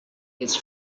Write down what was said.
his